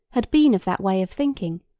had been of that way of thinking,